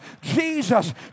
Jesus